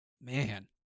man